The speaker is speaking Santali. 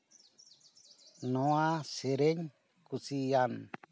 ᱱᱚᱣᱟ ᱥᱮᱨᱮᱧ ᱠᱩᱥᱤᱭᱟᱱ